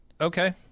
okay